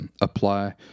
apply